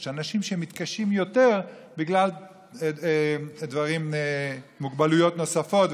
יש אנשים שמתקשים יותר בגלל מוגבלויות נוספות,